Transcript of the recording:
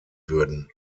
würden